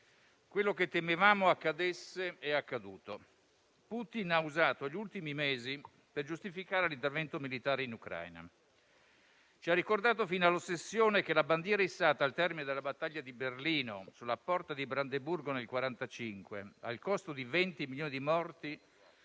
quello che temevamo accadesse è accaduto. Putin ha usato gli ultimi mesi per giustificare l'intervento militare in Ucraina. Ci ha ricordato fino all'ossessione che la bandiera issata al termine della battaglia di Berlino sulla porta di Brandeburgo nel 1945, al costo di 20 milioni di morti,